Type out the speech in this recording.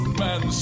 man